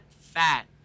fat